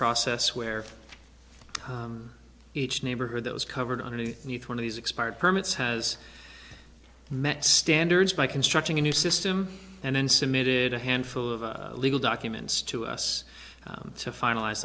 process where each neighborhood that was covered on any one of these expired permits has met standards by constructing a new system and then submitted a handful of legal documents to us to finalize